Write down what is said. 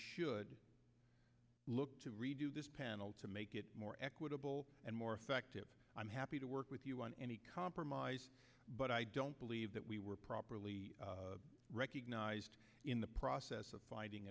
should look to redo this panel to make it more equitable and more effective i'm happy to work with you on any compromise but i don't believe that we were properly recognized in the process of finding